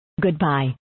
Goodbye